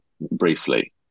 briefly